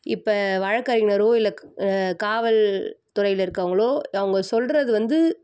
இப்போ வழக்கறிஞரோ இல்லை காவல்துறையில் இருக்கறவங்களோ அவங்க சொல்கிறது வந்து